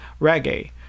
reggae